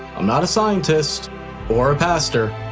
i'm not a scientist or a pastor,